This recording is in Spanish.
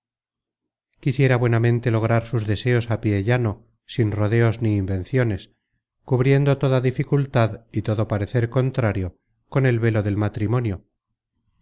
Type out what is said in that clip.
quisiera buenamente lograr sus deseos á pié llano sin rodeos ni invenciones cubriendo toda dificultad y todo parecer contrario con el velo del matrimonio